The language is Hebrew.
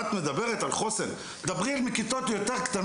את מדברת על חוסן, תדברי על הכיתות הנמוכות.